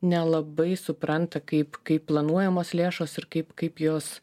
nelabai supranta kaip kaip planuojamos lėšos ir kaip kaip jos